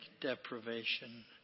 deprivation